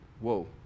Whoa